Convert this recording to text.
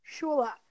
Shula